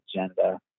agenda